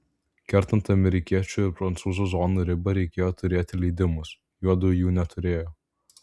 kertant amerikiečių ir prancūzų zonų ribą reikėjo turėti leidimus juodu jų neturėjo